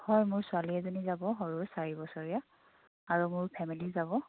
হয় মোৰ ছোৱালী এজনী যাব সৰু চাৰি বছৰীয়া আৰু মোৰ ফেমিলি যাব